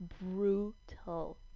brutal